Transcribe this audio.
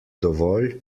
dovolj